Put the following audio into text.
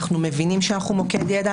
אנחנו מבינים שאנחנו מוקד ידע,